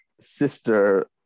sister